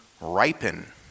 ripen